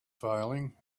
failing